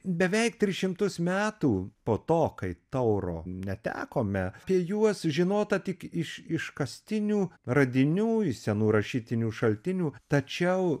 beveik tris šimtus metų po to kai tauro netekome apie juos žinota tik iš iškastinių radinių iš senų rašytinių šaltinių tačiau